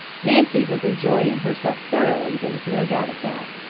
nancy was enjoying herself thoroughly, there was no doubt of that.